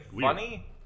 funny